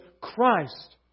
Christ